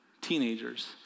teenagers